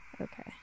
Okay